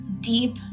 deep